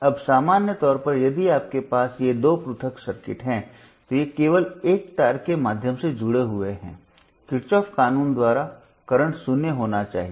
अब सामान्य तौर पर यदि आपके पास ये दो पृथक सर्किट हैं तो ये केवल एक तार के माध्यम से जुड़े हुए हैं किरचॉफ कानून द्वारा वर्तमान शून्य होना चाहिए